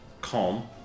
calm